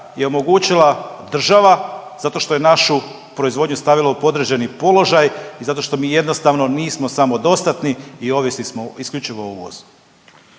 je omogućila država zato što je našu proizvodnju stavila u podređeni položaj i zato što mi jednostavno nismo samodostatni i ovisni smo isključivo o uvozu.